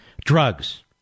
drugs